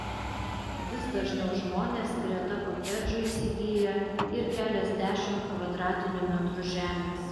vis dažniau žmonės greta kotedžų įsigyja ir keliasdešimt kvadratinių metrų žemės